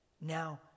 now